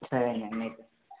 సరేనండి అయితే